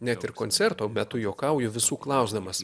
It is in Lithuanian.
net ir koncerto metu juokauju visų klausdamas